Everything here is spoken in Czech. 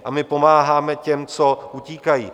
A my pomáháme těm, co utíkají.